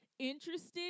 interested